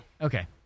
Okay